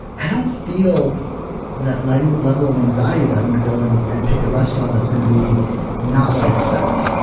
i don't feel that like level of anxiety that i'm going to go and and pick a restaurant that's going to be not what i expect,